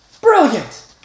Brilliant